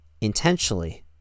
intentionally